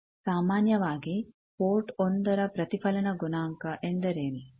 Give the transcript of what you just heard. ಸಾಮಾನ್ಯವಾಗಿ ಪೋರ್ಟ್ 11 ರ ಪ್ರತಿಫಲನ ಗುಣಾಂಕ ಎಂದರೇನು